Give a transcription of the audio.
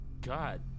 God